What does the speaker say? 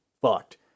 fucked